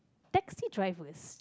taxi drivers